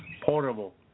portable